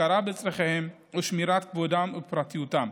הכרה בצורכיהם ושמירת כבודם ופרטיותם.